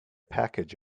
package